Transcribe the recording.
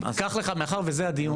מאחר וזה הדיון,